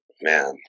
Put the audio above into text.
Man